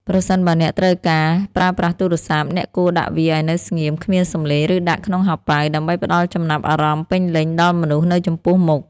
ប្រសិនបើអ្នកត្រូវការប្រើប្រាស់ទូរស័ព្ទ អ្នកគួរដាក់វាឱ្យនៅស្ងៀម គ្មានសំឡេង ឬដាក់ក្នុងហោប៉ៅ ដើម្បីផ្ដល់ចំណាប់អារម្មណ៍ពេញលេញដល់មនុស្សនៅចំពោះមុខ។